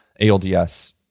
ALDS